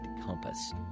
compass